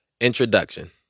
Introduction